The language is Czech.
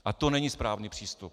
A to není správný přístup.